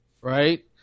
right